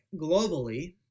globally